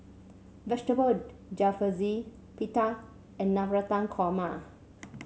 Vegetable Jalfrezi Pita and Navratan Korma